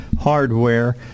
hardware